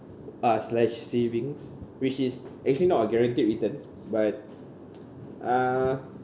uh slash savings which is actually not a guaranteed return but uh